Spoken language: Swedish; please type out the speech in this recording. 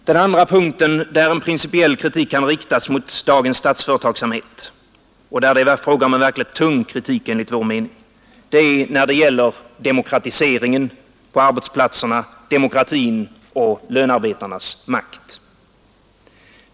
Den andra punkten där en principiell kritik kan riktas mot dagens statsföretagsamhet — och där det är fråga om en verkligt tung kritik enligt vår mening — gäller demokratin på arbetsplatserna och lönearbetarnas makt.